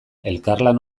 elkarlan